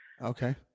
okay